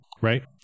Right